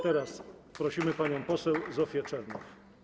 Teraz prosimy panią poseł Zofię Czernow.